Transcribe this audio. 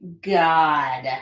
God